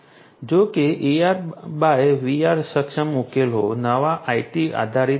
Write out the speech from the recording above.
જો કે આ ARVR સક્ષમ ઉકેલો નવા IT આધારિત ઉકેલો છે